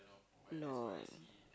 no